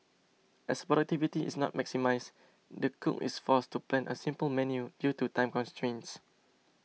as productivity is not maximised the cook is forced to plan a simple menu due to time constraints